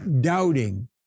doubting